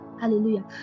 Hallelujah